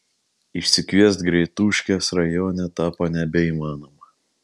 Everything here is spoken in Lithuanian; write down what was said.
išsikviest greituškės rajone tapo nebeįmanoma